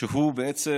שהוא בעצם